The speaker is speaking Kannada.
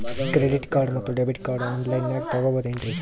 ಕ್ರೆಡಿಟ್ ಕಾರ್ಡ್ ಮತ್ತು ಡೆಬಿಟ್ ಕಾರ್ಡ್ ಆನ್ ಲೈನಾಗ್ ತಗೋಬಹುದೇನ್ರಿ?